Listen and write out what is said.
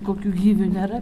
kokių gyvių nėra